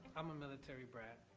i'm a military brat,